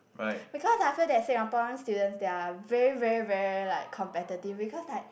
because I feel that Singaporean students they are very very very like competitive because like